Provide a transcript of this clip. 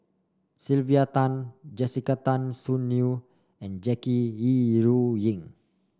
Sylvia Tan Jessica Tan Soon Neo and Jackie Yi Ru Ying